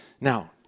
Now